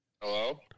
Hello